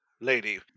Lady